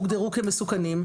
הם הוגדרו כמסוכנים.